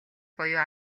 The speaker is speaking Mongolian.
буюу